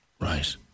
Right